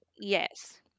Yes